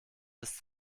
ist